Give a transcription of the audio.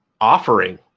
offering